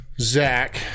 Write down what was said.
Zach